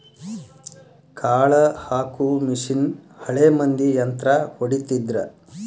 ಕಾಳ ಹಾಕು ಮಿಷನ್ ಹಳೆ ಮಂದಿ ಯಂತ್ರಾ ಹೊಡಿತಿದ್ರ